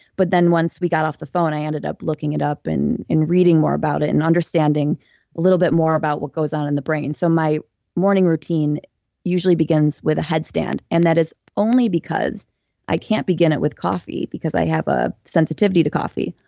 but then once we got off the phone i ended up looking it up and reading more about it and understanding a little bit more about what goes on in the brain so my morning routine usually begins with a headstand, and that is only because i can't begin it with coffee because i have a sensitivity to coffee.